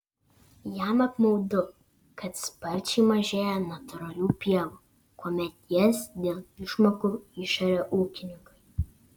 jam apmaudu kad sparčiai mažėja natūralių pievų kuomet jas dėl išmokų išaria ūkininkai